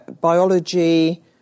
biology